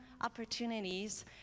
opportunities